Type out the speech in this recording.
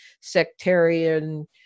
sectarian